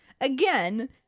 Again